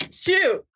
shoot